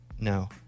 No